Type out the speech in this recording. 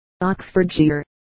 Oxfordshire